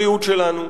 להגן על הבריאות שלנו,